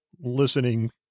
listening